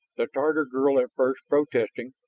the tatar girl at first protesting,